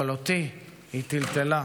אבל אותי היא טלטלה.